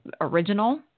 original